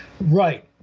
Right